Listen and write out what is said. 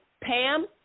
Pam